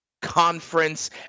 conference